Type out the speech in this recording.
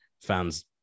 fans